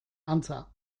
antza